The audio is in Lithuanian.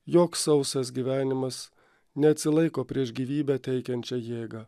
joks sausas gyvenimas neatsilaiko prieš gyvybę teikiančią jėgą